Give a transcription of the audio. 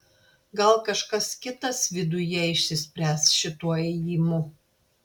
gal kažkas kitas viduje išsispręs šituo ėjimu